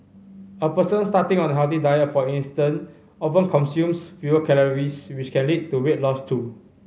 a person starting on a healthy diet for instance often consumes fewer calories which can lead to weight loss too